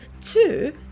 two